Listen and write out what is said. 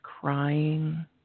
crying